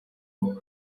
uyu